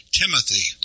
timothy